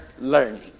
Learning